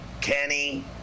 Kenny